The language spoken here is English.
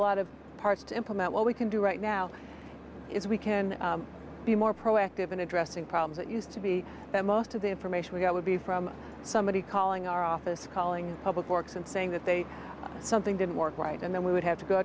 lot of parts to implement what we can do right now is we can be more proactive in addressing problems that used to be that most of the information we got would be from somebody calling our office calling public works and saying that they something didn't work right and then we would have to go